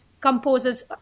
composers